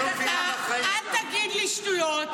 לא היה שר באולם, ותפסיקי לדבר שטויות.